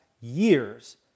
years